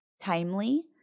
timely